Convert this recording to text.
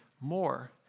more